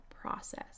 process